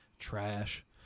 trash